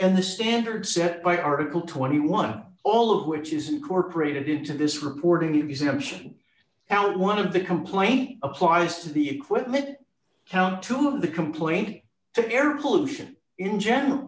and the standards set by article twenty one all of which is incorporated into this reporting exemption out one of the complaints applies to the equipment count two of the complaint the air pollution in general